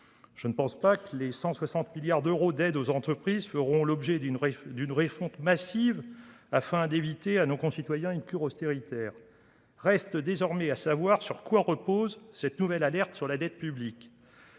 je ne pense pas que les 160 milliards d'euros d'aides aux entreprises feront l'objet d'une refonte massive, afin d'éviter à nos concitoyens une cure austéritaire ... Reste désormais à savoir sur quoi repose cette nouvelle alerte sur la dette publique.